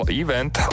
event